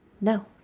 No